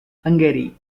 hungary